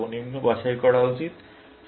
আমার সর্বনিম্ন বাছাই করা উচিত